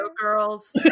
girls